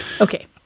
Okay